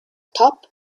top